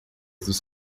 dos